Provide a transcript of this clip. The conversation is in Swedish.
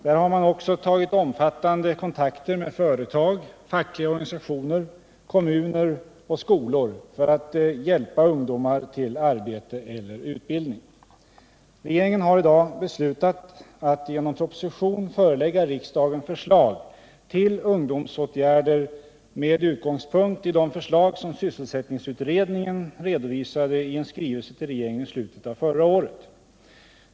Där har man också tagit omfattande kontakter med företag, fackliga organisationer, kommuner och skolor för att hjälpa ungdomar till arbete eller utbildning. Regeringen har i dag beslutat att genom proposition förelägga riksdagen förslag till ungdomsåtgärder med utgångspunkt i de förslag som sysselsättningsutredningen redovisade i en skrivelse till regeringen i slutet av förra året.